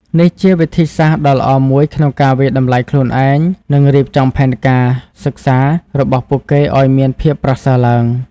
នេះជាវិធីសាស្ត្រដ៏ល្អមួយក្នុងការវាយតម្លៃខ្លួនឯង និងរៀបចំផែនការសិក្សារបស់ពួកគេឲ្យមានភាពប្រសើរឡើង។